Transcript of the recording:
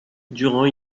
durant